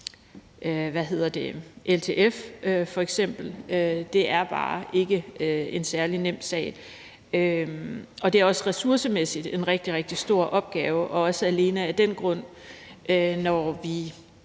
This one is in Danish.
fik forbudt LTF. Det er bare ikke en særlig nem sag, og det er også ressourcemæssigt en rigtig, rigtig stor opgave, og når vi nu ikke kan forbyde